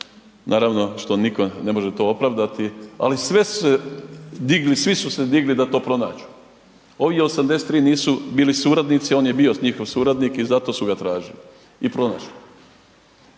naravno što nitko ne može to opravdati, ali svi su se digli da to pronađu. Ovih 83 nisu bili suradnici. On je bio njihov suradnik i zato su ga tražili i pronašli.